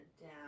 down